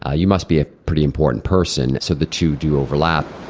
ah you must be a pretty important person, so the two do overlap.